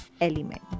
element